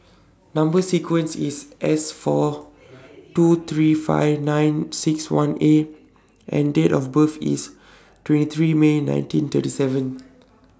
Number sequence IS S four two three five nine six one A and Date of birth IS twenty three May nineteen thirty seven